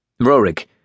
Rorik